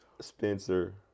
Spencer